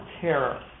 terror